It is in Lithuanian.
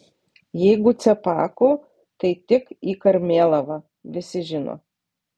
jeigu cepakų tai tik į karmėlavą visi žino